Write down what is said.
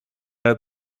had